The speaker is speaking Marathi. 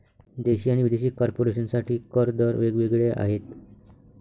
देशी आणि विदेशी कॉर्पोरेशन साठी कर दर वेग वेगळे आहेत